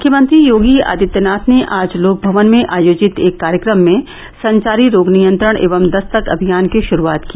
मुख्यमंत्री योगी आदित्यनाथ ने आज लोकभवन में आयोजित एक कार्यक्रम में संचारी रोग नियंत्रण अभियान दस्तक की षुरूआत की